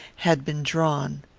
had been drawn.